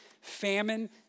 famine